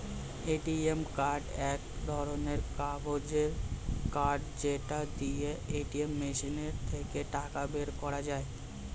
ATM card এক ধরণের কাগজের কার্ড যেটা দিয়ে এটিএম মেশিন থেকে টাকা বের করা যায়